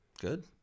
Good